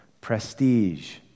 prestige